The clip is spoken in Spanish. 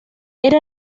era